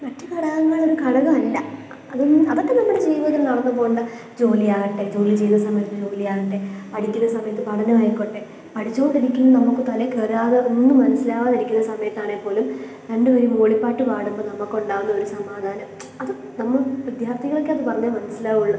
മറ്റു ഘടങ്ങളൊരു ഘടകം അല്ല അതൊന്ന് അതൊക്കെ നമ്മുടെ ജീവിതത്തില് നടന്ന് പോവുന്ന ജോലിയാകട്ടെ ജോലി ചെയ്ത് സമയത്തിന് ജോലിയാകട്ടെ പഠിക്കുന്ന സമയത്ത് പഠനമായിക്കോട്ടെ പഠിച്ചുകൊണ്ടിരിക്കുന്ന നമുക്ക് തലയിൽ കയറാതെ ഒന്നും മനസ്സിലാവാതിരിക്കുന്ന സമയത്താണെങ്കിൽപ്പോലും രണ്ട് വരി മൂളിപ്പാട്ട് പാടുമ്പോൾ നമുക്കുണ്ടാവുന്നൊരു സമാധാനം അത് നമ്മൾ വിദ്യാർത്ഥികൾക്കേ അത് പറഞ്ഞാൽ മനസ്സിലാവുകയുള്ളൂ